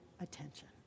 attention